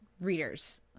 readers